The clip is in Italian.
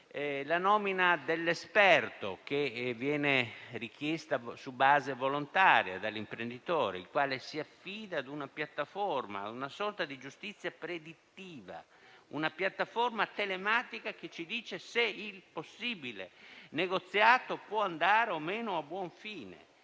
La nomina dell'esperto, che viene richiesta su base volontaria dall'imprenditore, il quale si affida ad una piattaforma telematica (una sorta di giustizia predittiva), che dice se il possibile negoziato può andare o meno a buon fine,